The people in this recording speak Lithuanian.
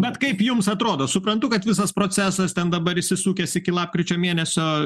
bet kaip jums atrodo suprantu kad visas procesas ten dabar įsisukęs iki lapkričio mėnesio